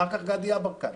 אחר כך גדי יברקן,